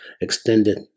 extended